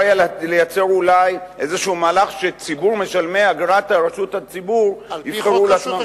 לייצר איזה מהלך שציבור משלמי אגרת השידור הציבורי יבחרו לעצמם,